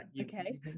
Okay